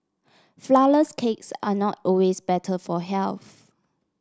flourless cakes are not always better for health